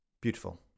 Beautiful